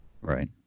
Right